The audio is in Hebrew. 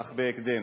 אך בהקדם.